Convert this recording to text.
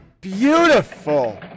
beautiful